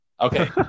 okay